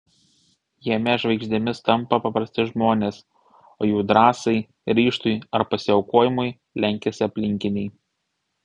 jame žvaigždėmis tampa paprasti žmonės o jų drąsai ryžtui ar pasiaukojimui lenkiasi aplinkiniai